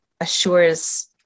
assures